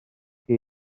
chi